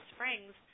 Springs